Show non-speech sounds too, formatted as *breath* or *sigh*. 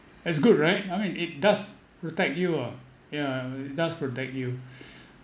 as good right I mean it does protect you ah ya but it does protect you *breath*